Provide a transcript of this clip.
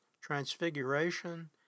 transfiguration